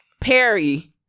Perry